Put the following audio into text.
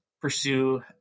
pursue